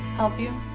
help you?